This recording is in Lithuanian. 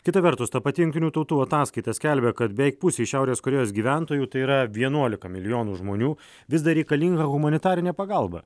kita vertus ta pati jungtinių tautų ataskaita skelbia kad beveik pusei šiaurės korėjos gyventojų tai yra vienuolika milijonų žmonių vis dar reikalinga humanitarinė pagalba